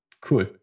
cool